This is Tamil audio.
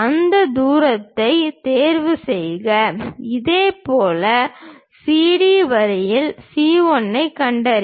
அந்த தூரத்தைத் தேர்வுசெய்க இதேபோல் CD வரியில் C1 ஐக் கண்டறிக